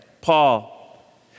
Paul